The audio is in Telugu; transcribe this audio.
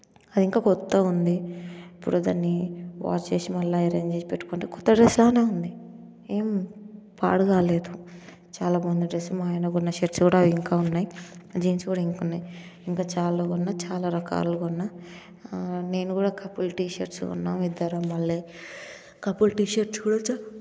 అది ఇంకా కొత్తగుంది ఇప్పుడు దాన్ని వాష్ చేసి మళ్ళీ ఐరన్ చేసి పెట్టుకుంటే కొత్త డ్రస్లానే ఉంది ఏం పాడుకాలేదు చాలా బాగుంది డ్రస్ మా ఆయన కొన్న షర్ట్స్ కూడా ఇంకా ఉన్నాయి జీన్స్ కూడా ఇంకున్నాయి ఇంకా చాలా కొన్నా చాలా రకాలు కొన్న నేను కూడా కపుల్ టి షర్ట్స్ కొన్నాం ఇద్దరము కపుల్ టి షర్ట్స్ కూడా చాలా